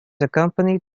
accompanied